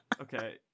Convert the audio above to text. Okay